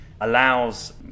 allows